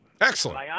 Excellent